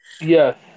Yes